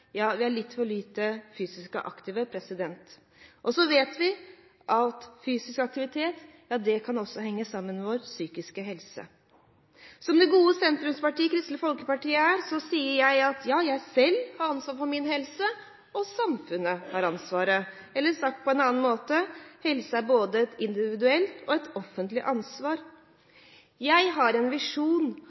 ja, vi er litt for lite fysisk aktive. Og vi vet at fysisk aktivitet også kan henge sammen med vår psykiske helse. Som det gode sentrumspartiet Kristelig Folkeparti er, sier jeg at ja, jeg har selv et ansvar for min helse, og samfunnet har et ansvar. Eller sagt på en annen måte: Helse er både et individuelt og et offentlig ansvar. Jeg har en visjon